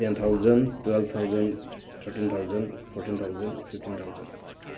ten thousand twelve thousand thirteen thousand fourteen thousand fifteen thousand